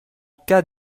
cas